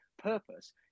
purpose